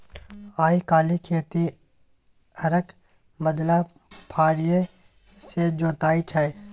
आइ काल्हि खेत हरक बदला फारीए सँ जोताइ छै